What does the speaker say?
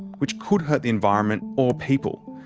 which could hurt the environment or people.